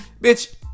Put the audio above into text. Bitch